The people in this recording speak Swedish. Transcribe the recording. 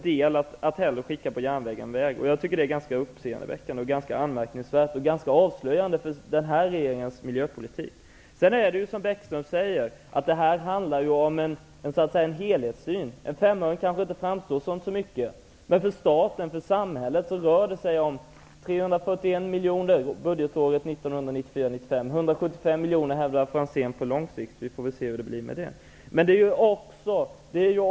Detta är ganska uppseendeväckande, ganska anmärkningsvärt och ganska avslöjande för denna regerings miljöpolitik. Det är som Lars Bäckström säger att det här handlar om en helhetssyn. En femöring kanske inte är så mycket, men för staten och för samhället rör det sig om 341 miljoner budgetåret 1994/95. 175 miljoner på lång sikt, hävdar Ivar Franzén. Vi får väl se hur det blir.